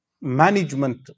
management